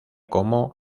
como